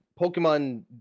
Pokemon